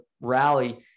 rally